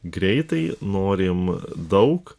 greitai norim daug